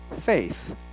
faith